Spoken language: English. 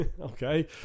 okay